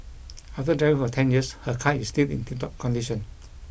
after driving for ten years her car is still in tiptop condition